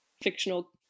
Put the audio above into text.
fictional